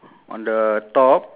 different